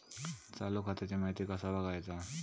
चालू खात्याची माहिती कसा बगायचा?